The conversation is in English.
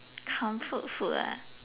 comfort food ah